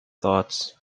thought